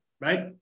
right